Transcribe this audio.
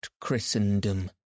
Christendom